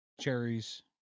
cherries